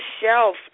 shelf